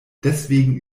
deswegen